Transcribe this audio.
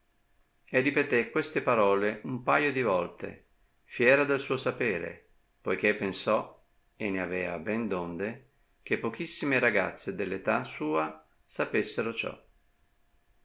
e ripetè queste parole un pajo di volte fiera del suo sapere poichè pensò e ne avea ben d'onde che pochissime ragazze dell'età sua sapessero ciò